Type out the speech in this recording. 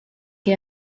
que